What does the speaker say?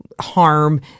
harm